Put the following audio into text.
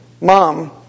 mom